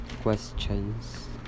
questions